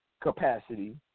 capacity –